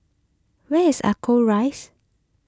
where is Ascot Rise